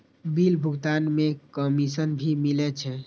Bill भुगतान में commission भी मिले छै?